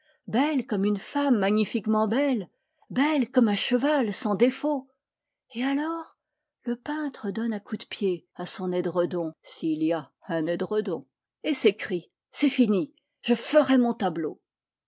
belle comme femme magnifiquement belle belle comme un cheval sans défaut et alors le peintre donne un coup de pied à son édredon s'il y a un édredon et s'écrie c'est fini je ferai mon tableau